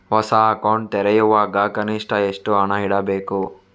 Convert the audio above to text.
ಹೊಸ ಅಕೌಂಟ್ ತೆರೆಯುವಾಗ ಕನಿಷ್ಠ ಎಷ್ಟು ಹಣ ಇಡಬೇಕು?